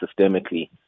systemically